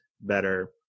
better